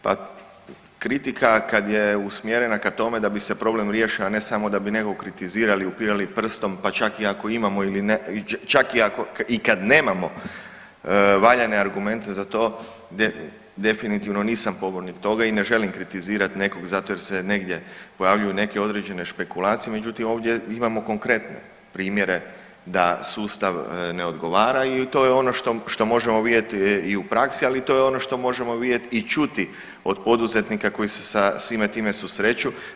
Pa kritika kad je usmjerena ka tome da bi se problem riješio, a ne samo da bi nekog kritizirali i upirali prstom, pa čak i ako imamo ili ne, čak i ako, i kad nemamo valjane argumente za to definitivno nisam pobornik toga i ne želim kritizirat nekog zato jer se negdje pojavljuju neke određene špekulacije, međutim ovdje imamo konkretne primjere da sustav ne odgovara i to je ono što, što možemo vidjeti i u praksi, ali to je i ono što možemo vidjet i čuti od poduzetnika koji se sa svime time susreću.